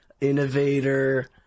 innovator